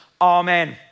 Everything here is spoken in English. amen